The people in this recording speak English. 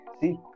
see